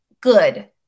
good